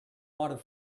wanted